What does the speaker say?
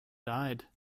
died